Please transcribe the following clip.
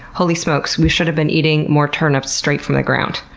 holy smokes, we should have been eating more turnips straight from the ground.